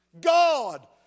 God